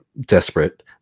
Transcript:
desperate